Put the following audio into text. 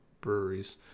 breweries